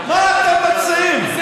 מה אתם מציעים?